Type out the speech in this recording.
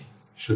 সুতরাং 4 7 9